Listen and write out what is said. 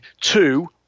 two